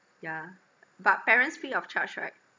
yeah but parents free of charge right